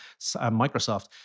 Microsoft